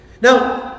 Now